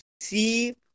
see